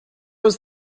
was